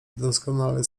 doskonale